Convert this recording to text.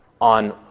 on